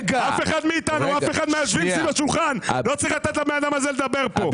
אף אחד מן היושבים סביב השולחן לא צריך לתת לאדם הזה לדבר פה.